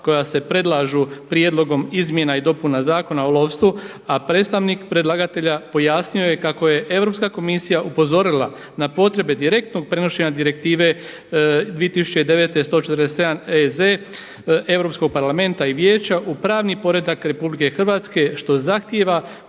koja se predlažu prijedlogom izmjena i dopuna Zakona o lovstvu, a predstavnik predlagatelja pojasnio je kako je Europska komisija upozorila na potrebe direktnog prenošenja Direktive 2009. 147. EZ Europskog parlamenta i Vijeća u pravni poredak Republike Hrvatske što zahtijeva